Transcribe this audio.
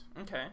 okay